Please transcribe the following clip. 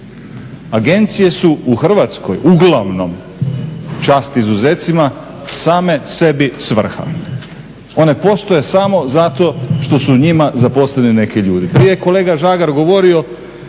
agencije su u Hrvatskoj uglavnom, čast izuzecima, same sebi svrha. One postoje samo zato što su u njima zaposleni neki ljudi. Prije je kolega Žagar govorio